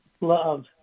love